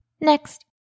Next